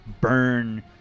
burn